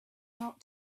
out